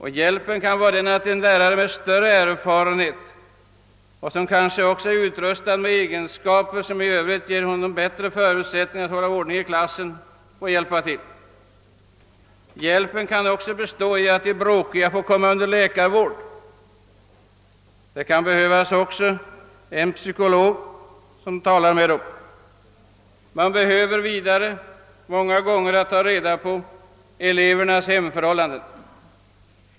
Hjälpen kan bestå i att en lärare som har större erfarenhet och som kanske även i övrigt är utrustad med egenskaper som ger bättre förutsättningar att hålla ordning i klassen får bistå. Men hjälpen kan också bestå i att de bråkiga får komma under läkarvård. Det kanske behövs en psykolog, men det kanske räcker med att ta reda på elevens hemförhållanden.